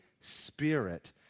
Spirit